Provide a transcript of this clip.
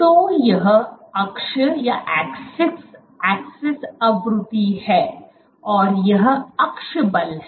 तो यह अक्ष आवृत्ति है और यह अक्ष बल है